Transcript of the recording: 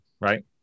right